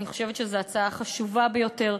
אני חושבת שזו הצעה חשובה ביותר.